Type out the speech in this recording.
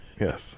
Yes